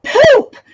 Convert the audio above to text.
Poop